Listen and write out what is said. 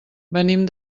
venim